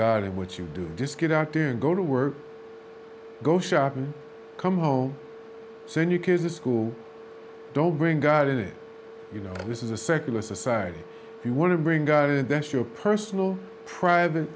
god in what you do just get out to go to work go shopping come home send your kids to school don't bring god in it you know this is a secular society you want to bring god and that's your personal private